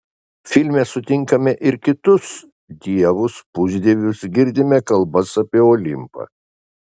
filme sutinkame ir kitus dievus pusdievius girdime kalbas apie olimpą